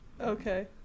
Okay